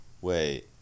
Wait